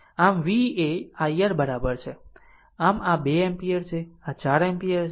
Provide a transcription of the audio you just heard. આમ v એ i r બરાબર છે આમ આ 2 એમ્પીયર છે અને આ 4 એમ્પીયર છે